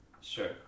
Sure